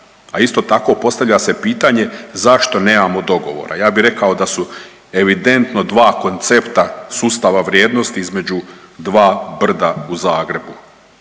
A isto tako postavlja se pitanje zašto nemamo dogovora? Ja bi rekao da su evidentno dva koncepta sustava vrijednosti između dva brda u Zagrebu.